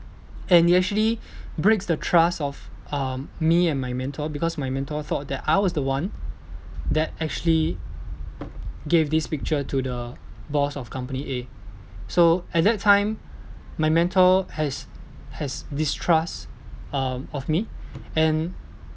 and it actually breaks the trust of uh me and my mentor because my mentor thought that I was the one that actually gave this picture to the boss of company A so at that time my mentor has has distrust uh of me and